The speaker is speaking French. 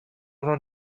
vingt